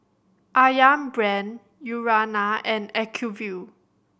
Ayam Brand Urana and Acuvue